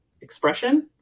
expression